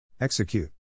Execute